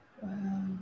Wow